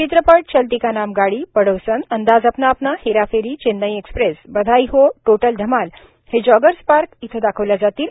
चित्रपट Chalti Ka Naam Gaadi Padosan Andaz Apna Apna Hera Pheri Chennai Express Badhaai Ho Total Dhamaal हे Joggers Park इथं दाखविल्या जातील